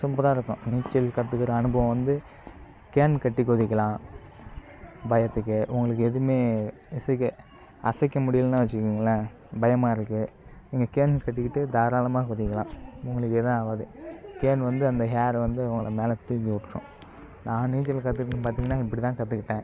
சூப்பராக இருக்கும் நீச்சல் கற்றுக்குற அனுபவம் வந்து கேன் கட்டி குதிக்கலாம் பயத்துக்கு உங்களுக்கு எதுவுமே இசைக்க அசைக்க முடியலண்ணா வச்சிக்கோங்களேன் பயமாக இருக்குது நீங்கள் கேன் கட்டிக்கிட்டு தாராளமாக குதிக்கலாம் உங்களுக்கு எதுவும் ஆகாது கேன் வந்து அந்த ஹேர் வந்து உங்களை மேலே தூக்கிவிட்ரும் நான் நீச்சல் கற்றுக்குட்டது பார்த்தீங்னா இப்படி தான் கற்றுக்கிட்டேன்